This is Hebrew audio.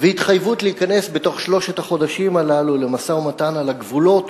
והתחייבות להיכנס בתוך שלושת החודשים הללו למשא-ומתן על הגבולות,